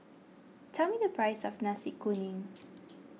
tell me the price of Nasi Kuning